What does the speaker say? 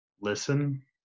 Listen